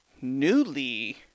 newly